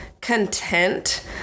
content